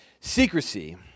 secrecy